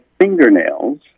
fingernails